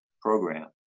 program